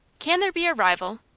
can there be a rival?